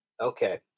Okay